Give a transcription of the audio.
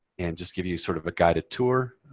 and just give you sort of a guided tour.